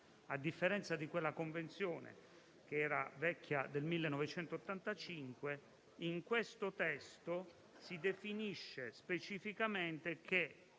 A differenza di quella convenzione risalente al 1985, in questo testo si definisce specificamente che